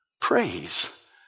Praise